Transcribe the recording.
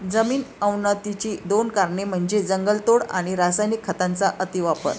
जमीन अवनतीची दोन कारणे म्हणजे जंगलतोड आणि रासायनिक खतांचा अतिवापर